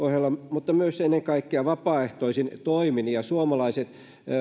avulla että ennen kaikkea vapaaehtoisin toimin suomalaiset